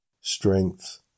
Strength